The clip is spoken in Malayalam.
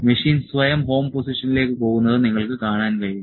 മെഷീൻ സ്വയം ഹോം പൊസിഷനിലേക്ക് പോകുന്നത് നിങ്ങൾക്ക് കാണാൻ കഴിയും